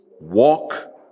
Walk